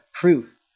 proof